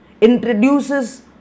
introduces